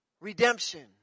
redemption